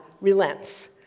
relents